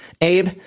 Abe